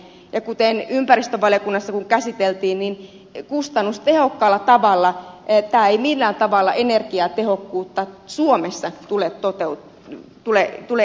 ja kuten ympäristövaliokunnassa asiaa käsiteltiin niin kustannustehokkaalla tavalla tämä ei millään tavalla energiatehokkuutta suomessa tule edistämään